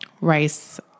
rice